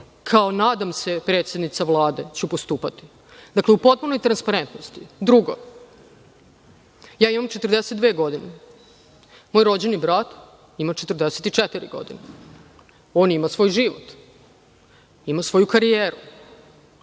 kao, nadam se, predsednica Vlade ću postupati u potpunoj transparentnosti. Drugo, ja imam 42 godine. Moj rođeni brat ima 44 godine. On ima svoj život, ima svoju karijeru.